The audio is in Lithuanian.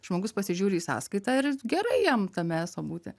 žmogus pasižiūri į sąskaitą ir gerai jam tame eso būti